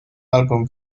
album